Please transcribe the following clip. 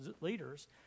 leaders